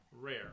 Rare